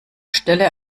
stelle